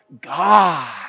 God